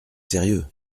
sérieux